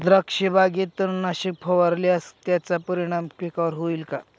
द्राक्षबागेत तणनाशक फवारल्यास त्याचा परिणाम पिकावर होईल का?